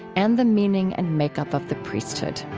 and the meaning and makeup of the priesthood